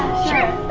sure!